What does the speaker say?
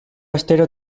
astero